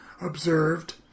observed